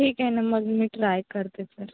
ठीक आहे ना मग मी ट्राय करते सर